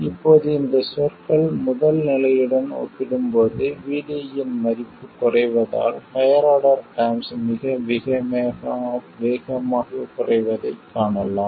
இப்போது இந்தச் சொற்கள் முதல் நிலையுடன் ஒப்பிடும்போது VD இன் மதிப்பு குறைவதால் ஹையர் ஆர்டர் டெர்ம்ஸ் மிக வேகமாகக் குறைவதைக் காணலாம்